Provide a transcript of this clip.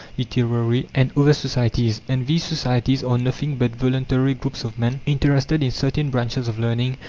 literary, and other societies and these societies are nothing but voluntary groups of men, interested in certain branches of learning,